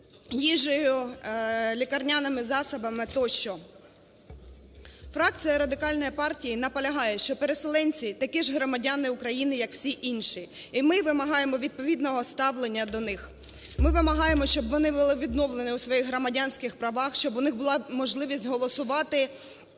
їжею, лікарняними засобами тощо. Фракція Радикальної партії наполягає, що переселенці – такі ж громадяни України, як всі інші, і ми вимагаємо відповідного ставлення до них. Ми вимагаємо, щоб вони були відновлені в своїх громадянських правах, щоб у них була можливість голосувати,